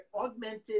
augmented